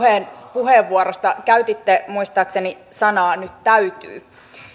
puheenvuorosta käytitte muistaakseni sanoja nyt täytyy